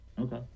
okay